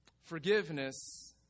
Forgiveness